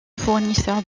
fournisseur